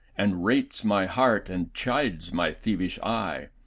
and rates my heart, and chides my thievish eye,